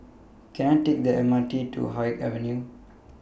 Can I Take The M R T to Haig Avenue